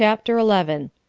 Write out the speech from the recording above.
chapter eleven.